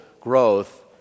growth